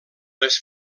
les